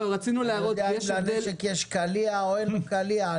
אני גם יודע אם לנשק יש קליע או אין לו קליע.